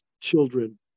children